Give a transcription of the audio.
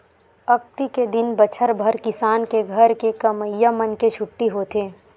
अक्ती के दिन बछर भर किसान के घर के कमइया मन के छुट्टी होथे